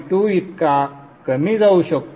2 इतका कमी जाऊ शकतो